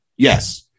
Yes